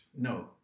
No